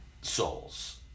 souls